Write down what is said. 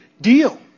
deal